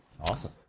Awesome